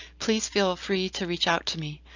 please feel free to reach out to me.